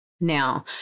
Now